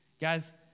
Guys